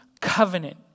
covenant